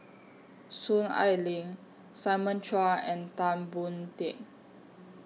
Soon Ai Ling Simon Chua and Tan Boon Teik